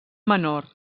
menor